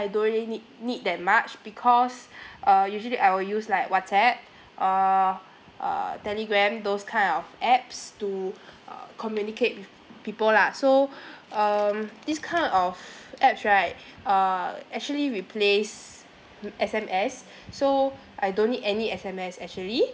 I don't really need need that much because uh usually I will use like whatsapp uh uh telegram those kind of apps to uh communicate with people lah so um this kind of apps right err actually replace S_M_S so I don't need any S_M_S actually